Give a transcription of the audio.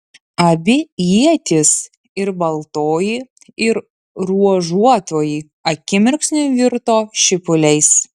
abi ietys ir baltoji ir ruožuotoji akimirksniu virto šipuliais